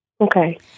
Okay